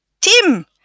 Tim